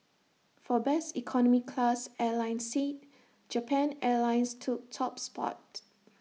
for best economy class airline seat Japan airlines took top spot